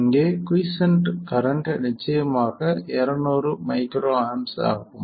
இங்கே quiescent current நிச்சயமாக 200µA ஆகும்